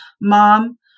Mom